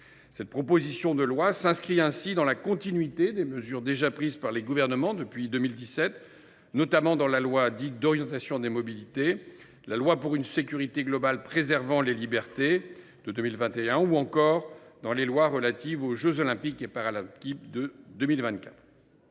Cette proposition de loi s’inscrit ainsi dans la continuité des mesures déjà prises par les gouvernements depuis 2017, notamment au travers de la loi d’orientation des mobilités, de la loi pour une sécurité globale préservant les libertés de 2021 ou encore de la loi relative aux jeux Olympiques et Paralympiques de 2024.